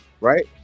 right